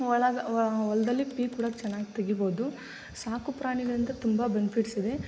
ಹೊಲದ ಹೊಲದಲ್ಲಿ ಪೀಕು ಕೂಡ ಚೆನ್ನಾಗಿ ತೆಗಿಬೋದು ಸಾಕು ಪ್ರಾಣಿಗಳಿಂದ ತುಂಬ ಬೆನಿಫಿಟ್ಸ್ ಇದೆ